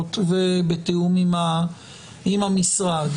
המציעות ובתיאום עם המשרד.